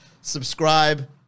subscribe